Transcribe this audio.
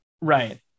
Right